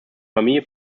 familie